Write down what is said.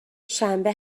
شنبه